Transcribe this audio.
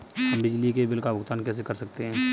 हम बिजली के बिल का भुगतान कैसे कर सकते हैं?